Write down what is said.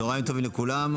צהריים טובים לכולם.